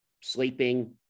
Sleeping